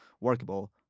workable